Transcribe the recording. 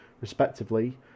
respectively